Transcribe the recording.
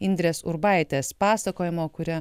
indrės urbaitės pasakojimo kuri